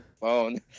phone